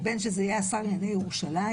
בין שזה יהיה השר לענייני ירושלים.